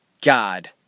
God